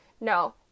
No